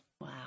Wow